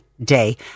Day